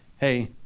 hey